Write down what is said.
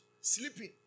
Sleeping